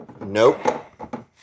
Nope